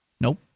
Nope